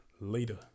later